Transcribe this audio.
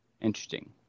Interesting